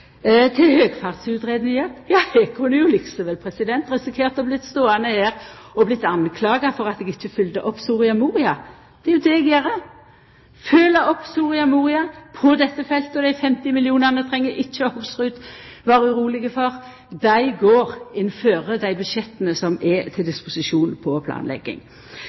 Det skal no betrast. Til høgfartsutgreiinga: Eg kunne like så vel her risikert å bli skulda for at eg ikkje følgde opp Soria Moria. Det er jo det eg gjer, følgjer opp Soria Moria på dette feltet – og dei 50 mill. kr treng ikkje Hoksrud vera uroleg for. Dei inngår i dei budsjettmidlane som er til disposisjon på planlegging.